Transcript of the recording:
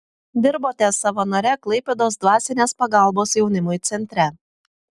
dirbote savanore klaipėdos dvasinės pagalbos jaunimui centre